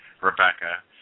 Rebecca